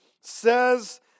says